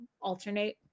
alternate